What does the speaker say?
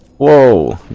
all